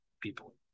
people